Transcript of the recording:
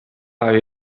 lui